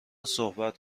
صحبت